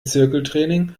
zirkeltraining